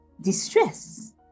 distress